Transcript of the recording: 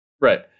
Right